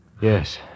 Yes